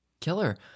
Killer